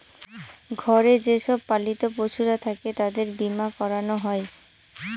ঘরে যে সব পালিত পশুরা থাকে তাদের বীমা করানো হয়